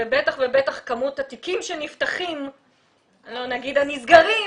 בטח ובטח כמות התיקים שנפתחים, לא נגיד הנסגרים.